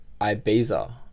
Ibiza